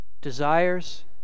desires